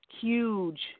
huge